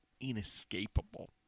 Inescapable